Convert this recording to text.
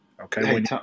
Okay